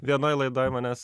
vienoj laidoj manęs